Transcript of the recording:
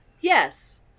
Yes